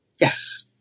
yes